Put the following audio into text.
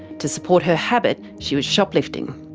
to support her habit, she was shoplifting.